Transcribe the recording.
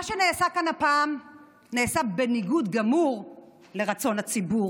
מה שנעשה כאן הפעם נעשה בניגוד גמור לרצון הציבור,